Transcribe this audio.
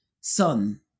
son